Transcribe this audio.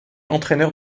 entraîneur